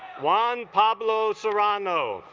juan pablo serrano